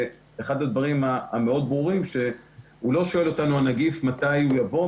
אחד הדברים המאוד ברורים הוא שהנגיף לא שואל אותנו מתי לבוא,